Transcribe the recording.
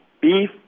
beef